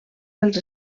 dels